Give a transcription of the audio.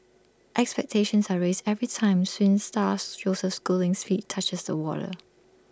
expectations are raised every time swim star Joseph schooling's feet touches the water